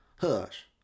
Hush